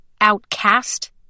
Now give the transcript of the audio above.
outcast